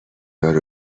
دار